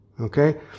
Okay